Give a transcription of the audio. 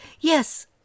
Yes